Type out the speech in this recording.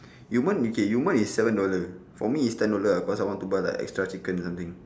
you want okay you want is seven dollar for me is ten dollar because I want to buy the extra chicken or something